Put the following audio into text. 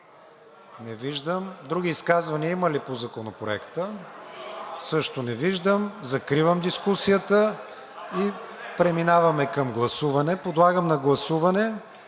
Не виждам. Други изказвания има ли по Законопроекта? Също не виждам. Закривам дискусията. Преминаваме към гласуване. Подлагам на гласуване